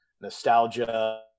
nostalgia